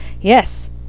Yes